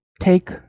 take